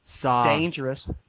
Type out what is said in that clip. dangerous